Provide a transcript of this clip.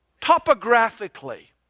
Topographically